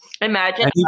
Imagine